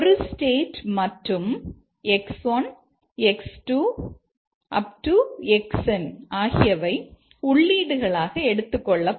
xn ஆகியவை உள்ளீடுகளாக எடுத்துக் கொள்ளப்படும்